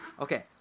Okay